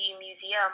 museum